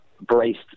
braced